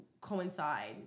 coincide